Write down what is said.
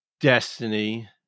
Destiny